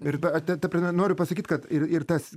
ir ta ta prasme noriu pasakyt kad ir ir tas